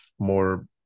more